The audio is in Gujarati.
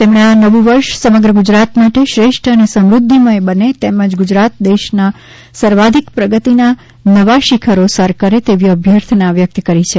તેમણે આ નવું વર્ષ સમગ્ર ગુજરાત માટે શ્રેષ્ઠ અને સમૃદ્ધિમય બને તેમજ ગુજરાત દેશમાં સર્વાધિક પ્રગતિના નવા શિખરો સર કરે તેવી અભ્યર્થના વ્યક્ત કરી છે